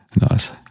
Nice